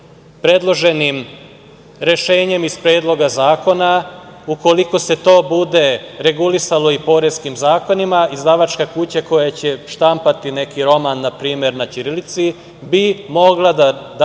predloženim rešenjima iz Predloga zakona, ukoliko se to bude regulisalo i poreskim zakonima, izdavačka kuća koja će štampati neki roman npr. na ćirilici bi mogla da